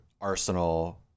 Arsenal